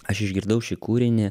aš išgirdau šį kūrinį